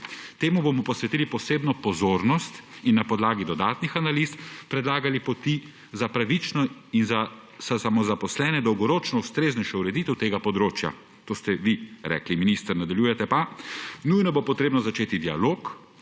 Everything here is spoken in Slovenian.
Temu bomo posvetili posebno pozornost in na podlagi dodatnih analiz predlagali poti za pravično in za samozaposlene dolgoročno ustreznejšo ureditev tega področja.« To ste vi rekli, minister. Nadaljujete pa: »Nujno bo potrebno začeti dialog,